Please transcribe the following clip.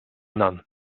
none